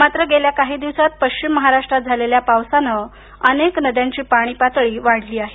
मात्र गेल्या काही दिवसात पश्चिम महाराष्ट्रात झालेल्या पावसाने अनेक नद्यांची पाणी पातळी वाढली आहे